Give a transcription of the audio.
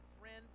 friend